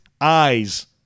eyes